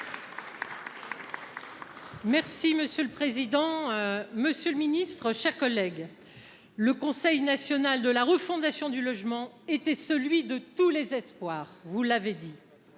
Monsieur le président, monsieur le ministre, mes chers collègues, le Conseil national de la refondation du logement était celui de tous les espoirs. Bénéficiant